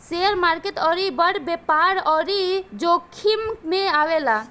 share market अउरी बड़ व्यापार अउरी जोखिम मे आवेला